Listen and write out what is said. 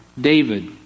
David